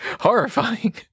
Horrifying